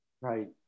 Right